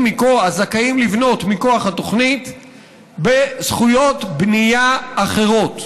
לבנות מכוח התוכנית בזכויות בנייה אחרות.